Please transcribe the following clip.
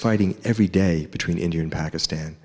fighting every day between india and pakistan